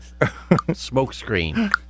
Smokescreen